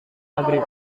negeri